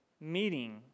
meeting